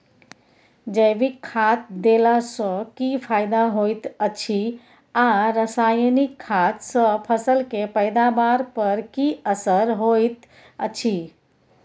जैविक खाद देला सॅ की फायदा होयत अछि आ रसायनिक खाद सॅ फसल के पैदावार पर की असर होयत अछि?